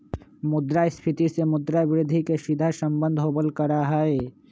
मुद्रास्फीती से मुद्रा वृद्धि के सीधा सम्बन्ध होबल करा हई